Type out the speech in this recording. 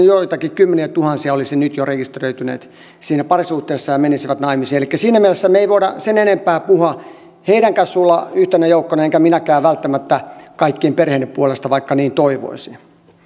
joitakin kymmeniätuhansia rekisteröitynyt parisuhteessaan ja menisi naimisiin elikkä siinä mielessä me emme voi sen enempää puhua heidänkään suulla yhtenä joukkona enkä minäkään välttämättä kaikkien perheiden puolesta vaikka niin toivoisin